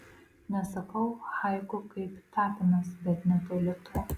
nesakau haiku kaip tapinas bet netoli to